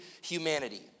humanity